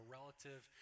relative